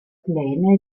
pläne